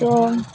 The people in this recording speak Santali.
ᱛᱚ